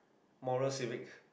moral civic